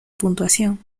puntuación